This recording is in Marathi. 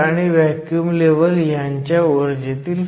तर n बाजू EFn हे 0